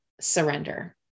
surrender